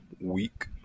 week